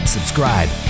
Subscribe